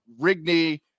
Rigney